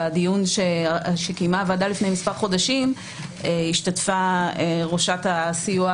בדיון שקיימה הוועדה לפני מספר חודשים השתתפה ראשת הסיוע